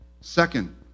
Second